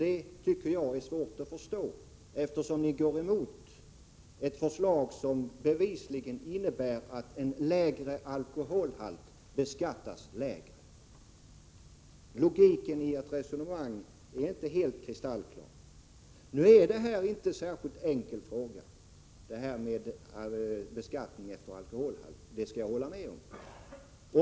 Det tycker jag är svårt att förstå, eftersom ni går emot ett förslag som bevisligen innebär att en lägre alkoholhalt beskattas lägre. Logiken i ert resonemang är inte helt kristallklar. Nu är det här med beskattning efter alkoholhalt inte någon särskilt enkel fråga, det skall jag hålla med om.